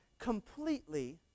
Completely